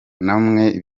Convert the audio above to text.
namwe